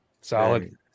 Solid